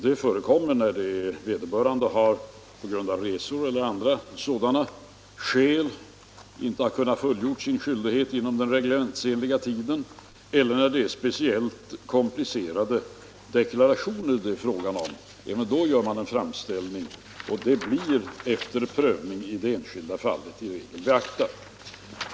Det förekommer när vederbörande, på grund av resor eller av andra skäl, inte har kunnat fullgöra sin skyldighet inom den fastställda tiden eller när det är fråga om speciellt komplicerade deklarationer. Man gör alltså en framställning, och saken blir efter prövning i det enskilda fallet i regel beaktad.